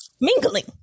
mingling